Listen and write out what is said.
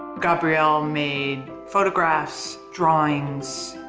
gabriel made photographs, drawings,